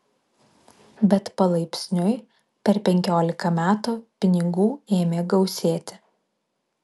bet palaipsniui per penkiolika metų pinigų ėmė gausėti